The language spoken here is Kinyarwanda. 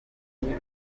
gukora